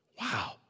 Wow